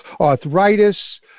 arthritis